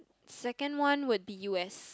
second one would be U_S